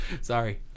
Sorry